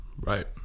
Right